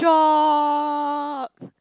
drop